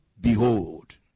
behold